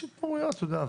יש התפרעויות, אתה יודע.